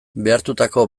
behartutako